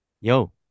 yo